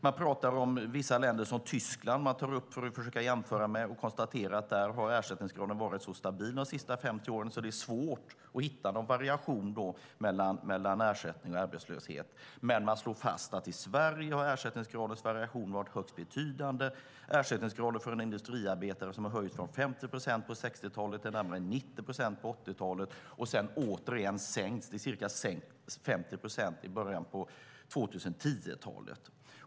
Man tar upp och försöker jämföra med länder som Tyskland och konstaterar att ersättningsgraden där har varit så stabil de senaste 50 åren att det är svårt att hitta någon variation mellan ersättning och arbetslöshet. Man slår dock fast att ersättningsgradens variation i Sverige har varit högst betydande: Ersättningsgraden för en industriarbetare har höjts från 50 procent på 1960-talet till närmare 90 procent på 1980-talet, och sedan återigen sänkts till ca 50 procent i början av 2010-talet.